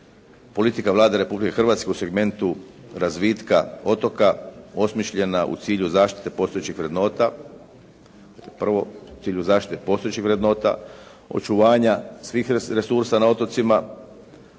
politike Vlade Republike Hrvatske u segmentu razvitka otoka osmišljena u cilju zaštite postojećih vrednota, dakle prvo u cilju